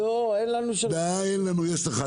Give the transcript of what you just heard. לא, אין לנו --- יש לך.